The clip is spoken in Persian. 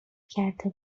کرده